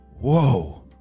Whoa